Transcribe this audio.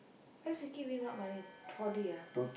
S Vicky win what money 4D ah